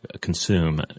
consume